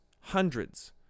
hundreds